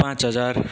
पाँच हजार